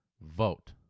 vote